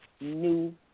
new